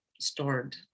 stored